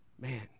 man